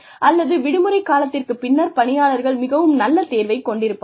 அல்லது விடுமுறைக் காலத்திற்குப் பின்னர் பணியாளர்கள் மிகவும் நல்ல நேரத்தை கொண்டிருப்பார்கள்